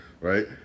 Right